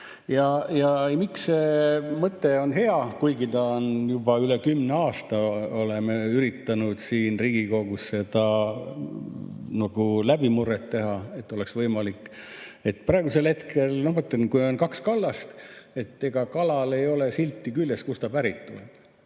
Miks see mõte on hea? Kuigi oleme juba üle kümne aasta üritanud siin Riigikogus seda läbimurret teha, et oleks võimalik. Praegusel hetkel, ma mõtlen, kui on kaks kallast, ega kalal ei ole silti küljes, kust ta pärit on.